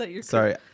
Sorry